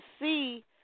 see